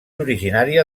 originària